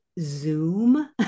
zoom